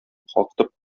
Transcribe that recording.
калкытып